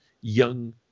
young